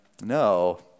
No